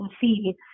see